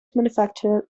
manufactured